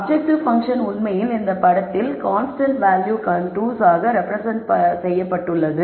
objective function உண்மையில் இந்த படத்தில் கான்ஸ்டன்ட் வேல்யூ கான்டோர்ஸ் ஆக ரெப்ரெசென்ட் செய்யப்பட்டுள்ளது